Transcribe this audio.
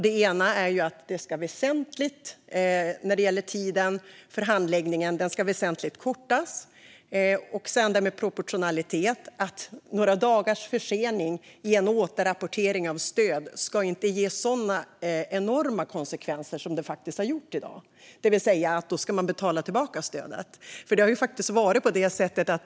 Det första är att tiden för handläggningen väsentligt ska kortas. Sedan handlar det om proportionalitet. Några dagars försening med en återrapportering av stöd ska inte ge sådana enorma konsekvenser som den faktiskt har gjort, det vill säga att stödet då ska betalas tillbaka.